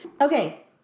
Okay